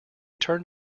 turned